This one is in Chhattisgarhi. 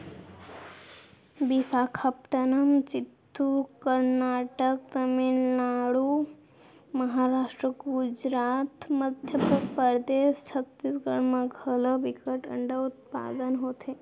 बिसाखापटनम, चित्तूर, करनाटक, तमिलनाडु, महारास्ट, गुजरात, मध्य परदेस, छत्तीसगढ़ म घलौ बिकट अंडा उत्पादन होथे